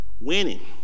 Winning